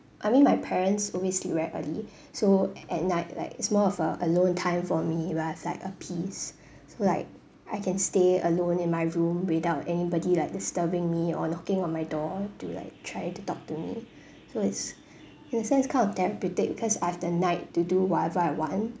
I mean my parents always sleep very early so at night like it's more of a alone time for me when I have like a peace so like I can stay alone in my room without anybody like disturbing me or knocking on my door to like try to talk to me so it's in a sense kind of therapeutic because I have the night to do whatever I want